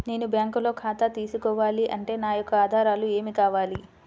నేను బ్యాంకులో ఖాతా తీసుకోవాలి అంటే నా యొక్క ఆధారాలు ఏమి కావాలి?